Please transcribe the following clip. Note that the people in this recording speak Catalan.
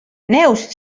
neus